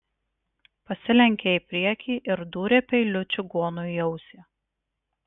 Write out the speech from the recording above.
pasilenkė į priekį ir dūrė peiliu čigonui į ausį